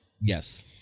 Yes